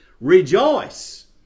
rejoice